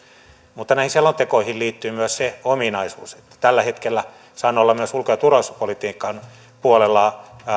mutta näihin selontekoihin liittyy myös se ominaisuus että tällä hetkellä saan olla myös ulko ja turvallisuuspolitiikan puolella